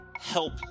help